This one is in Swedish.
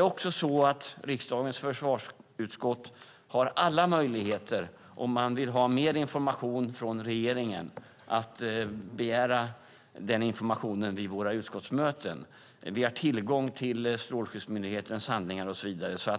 Om riksdagens försvarsutskott vill ha mer information från regeringen har man alla möjligheter att begära denna information vid våra utskottsmöten. Vi har tillgång till Strålsäkerhetsmyndighetens handlingar och så vidare.